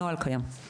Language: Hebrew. הנוהל קיים.